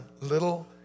little